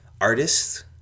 Artists